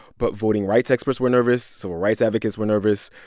but voting rights experts were nervous. civil rights advocates were nervous.